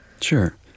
Sure